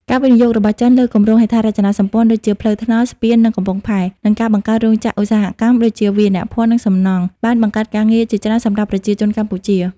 ការវិនិយោគរបស់ចិនលើគម្រោងហេដ្ឋារចនាសម្ព័ន្ធ (ដូចជាផ្លូវថ្នល់ ស្ពាន និងកំពង់ផែ) និងការបង្កើតរោងចក្រឧស្សាហកម្ម (ដូចជាវាយនភ័ណ្ឌ និងសំណង់) បានបង្កើតការងារជាច្រើនសម្រាប់ប្រជាជនកម្ពុជា។